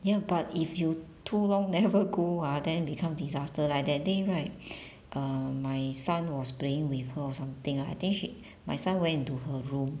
ya but if you too long never go ah then become disaster like that day right uh my son was playing with her or something I think she my son went into her room